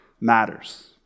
matters